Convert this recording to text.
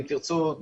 אם תרצו,